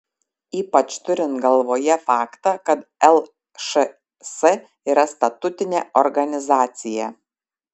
ypač turint galvoje faktą kad lšs yra statutinė organizacija